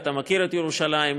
אתה מכיר את ירושלים,